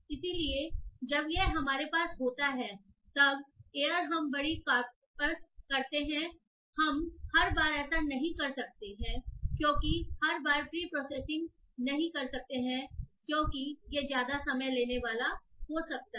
इसलिए जब यह हमारे पास होता है तब एयर हम बड़ी कॉर्प एरर करते हैंहम हर बार ऐसा नहीं कर सकते हैं क्योंकि हम हर बार प्रीप्रॉसेसिंग नहीं कर सकते हैं क्योंकि यह ज्यादा समय लेने वाला हो सकता है